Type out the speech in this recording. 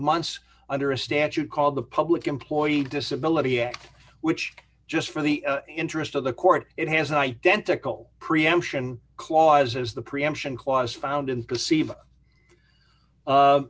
months under a statute called the public employee disability act which just for the interest of the court it has an identical preemption clause as the preemption clause found in perceive